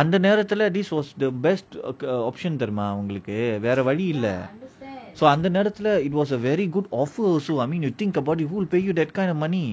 அந்த நேரத்துல:antha nerathula this was the best err option தெரியுமா அவங்களுக்கு வேற வழி இல்ல அந்த நேரத்துல:teriyuma aavangaluku vera vazhi illa antha nerathula it was a very good offer also I mean you think who will pay you you that kind of money